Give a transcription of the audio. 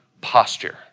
posture